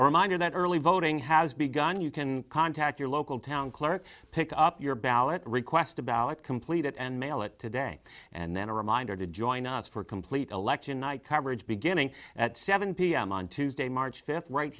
reminder that early voting has begun you can contact your local town clerk pick up your ballot request a ballot complete it and mail it today and then a reminder to join us for complete election night coverage beginning at seven pm on tuesday march fifth right